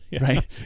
Right